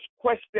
question